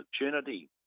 opportunity